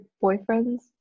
boyfriend's